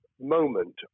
moment